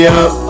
up